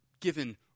given